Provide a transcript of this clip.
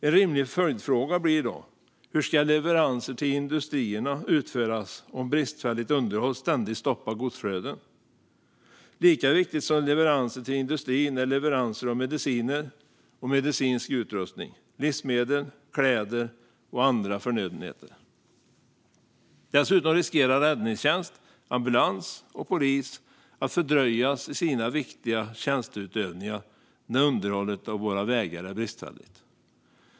En rimlig följdfråga blir då: Hur ska leveranser till industrierna utföras om bristfälligt underhåll ständigt stoppar godsflöden? Lika viktigt som leveranser till industrin är leveranser av mediciner och medicinsk utrustning, livsmedel, kläder och andra förnödenheter. Dessutom riskerar räddningstjänst, ambulans och polis att fördröjas i sina viktiga tjänsteutövningar när underhållet av våra vägar är bristfälligt.